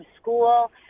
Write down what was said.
school